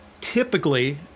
typically